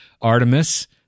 Artemis